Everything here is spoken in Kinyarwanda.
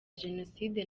jenoside